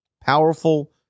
Powerful